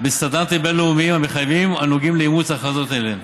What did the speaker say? בסטנדרטים הבין-לאומיים המחייבים הנוגעים לאימוץ הכרזות כאלה.